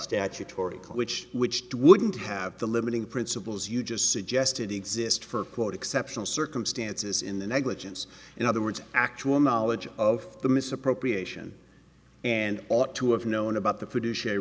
statutory call which which wouldn't have the limiting principles you just suggested exist for quite exceptional circumstances in the negligence in other words actual knowledge of the misappropriation and ought to have known about the produce